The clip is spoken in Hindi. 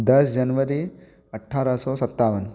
दस जनवरी अठारह सौ सत्तावन